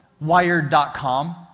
Wired.com